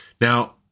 Now